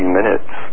minutes